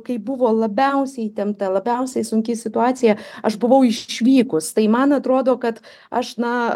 kai buvo labiausiai įtempta labiausiai sunki situacija aš buvau išvykus tai man atrodo kad aš na